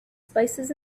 spices